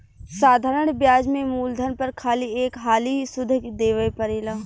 साधारण ब्याज में मूलधन पर खाली एक हाली सुध देवे परेला